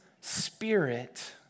spirit